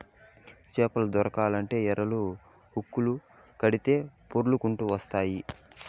చేపలు దొరకాలంటే ఎరలు, హుక్కులు కడితే పొర్లకంటూ వస్తాయి